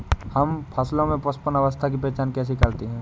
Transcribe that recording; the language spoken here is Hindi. हम फसलों में पुष्पन अवस्था की पहचान कैसे करते हैं?